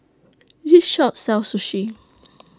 This Shop sells Sushi